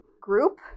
group